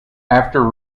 after